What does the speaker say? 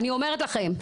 אני אומרת לכם,